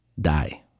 Die